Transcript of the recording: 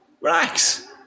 Relax